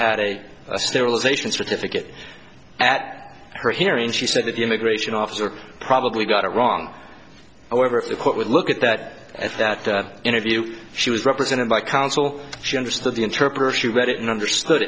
had a sterilization certificate at her hearing she said that the immigration officer probably got it wrong however if the court would look at that at that interview she was represented by counsel she understood the interpreter she read it and understood